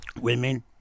Women